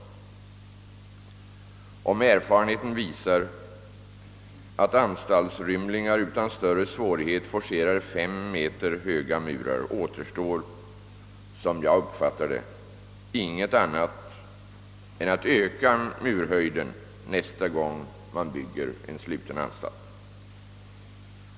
Om erfarenheten visar att anstaltsrymlingar utan större svårighet forcerar fem meter höga murar, återstår, som jag uppfattar det, inte annat än att öka murhöjden nästa gång man bygger en sluten anstalt.